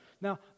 Now